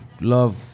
love